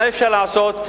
מה אפשר לעשות,